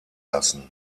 lassen